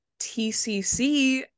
TCC